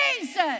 Jesus